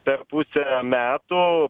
per pusę metų